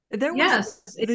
Yes